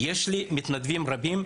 יש לי מתנדבים רבים,